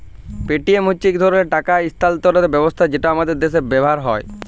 Paytm হছে ইক ধরলের টাকা ইস্থালাল্তরের ব্যবস্থা যেট আমাদের দ্যাশে ব্যাভার হ্যয়